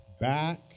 back